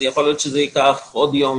יכול להיות שזה ייקח עוד יום,